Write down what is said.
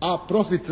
a profit